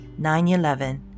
9-11